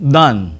done